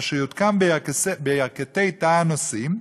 אשר יותקן בירכתי תא הנוסעים,